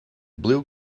blue